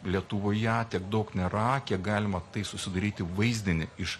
lietuvoje tiek daug nėra kiek galima susidaryti vaizdinį iš